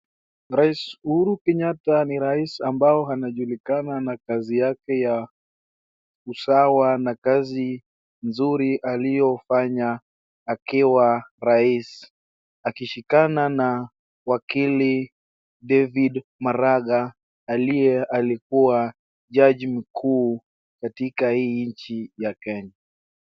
Rais Uhuru Kenyatta ni rais ambaye anajulikana na kazi yake ya usawa na kazi nzuri aliyofanya akiwa rais, akishikana na wakili David Maraga aliye alikuwa jaji mkuu katika hii nchi ya Kenya.